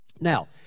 Now